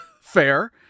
Fair